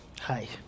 Hi